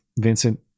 Vincent